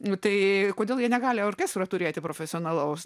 nu tai kodėl jie negali orkestro turėti profesionalaus